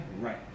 right